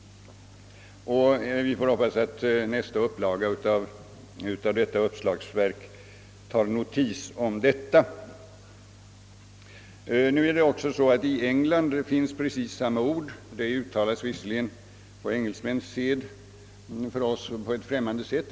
Vi får hoppas att man i nästa upplaga av uppslagsverket tar notis om detta. Nu är det så att i engelskan finns precis samma ord. Det uttalas visserligen enligt engelsmäns sed på ett för oss främmande sätt.